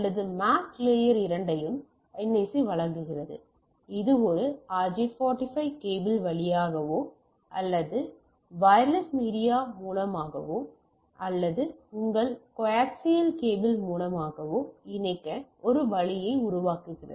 இந்த MAC layer இரண்டையும் NIC வழங்குகிறது இது ஒரு RJ45 கேபிள் வழியாகவோ அல்லது வயர்லெஸ் மீடியா மூலமாகவோ அல்லது உங்கள் கோஆக்சியல் கேபிள் மூலமாகவோ இணைக்க ஒரு வழியை வழங்குகிறது